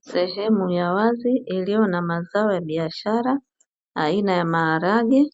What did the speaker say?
Sehemu ya wazi iliyo na mazao ya biashara aina ya maharage,